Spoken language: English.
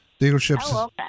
Dealerships